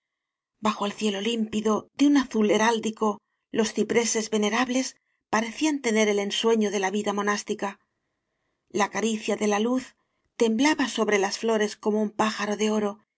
bajo el cielo límpido de un azul he ráldico los cipreses venerables parecían te ner el ensueño de la vida monástica la ca ricia de la luz temblaba sobre las flores como un pájaro de oro